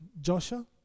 joshua